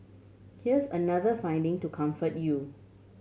here's another finding to comfort you